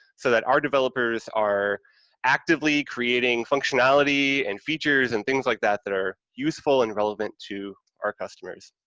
so that our developers are actively creating functionality and features and things like that that are useful and relevant to our customers.